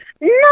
No